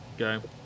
Okay